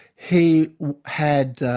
he had